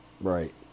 Right